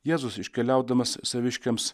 jėzus iškeliaudamas saviškiams